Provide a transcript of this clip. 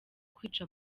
kwica